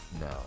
no